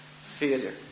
failure